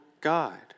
God